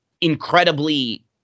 incredibly –